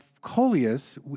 coleus